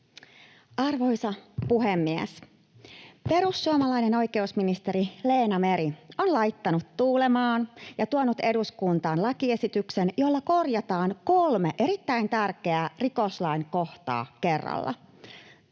Arvoisa puhemies! Perussuomalainen oikeusministeri Leena Meri on laittanut tuulemaan ja tuonut eduskuntaan lakiesityksen, jolla korjataan kolme erittäin tärkeää rikoslain kohtaa kerralla: